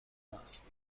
است